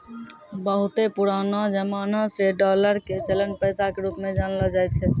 बहुते पुरानो जमाना से डालर के चलन पैसा के रुप मे जानलो जाय छै